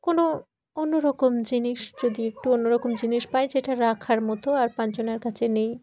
কোনো অন্য রকম জিনিস যদি একটু অন্যরকম জিনিস পাই যেটা রাখার মতো আর পাঁচজনের কাছে নেই